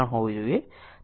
3 હોવું જોઈએ